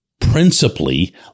principally